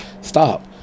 Stop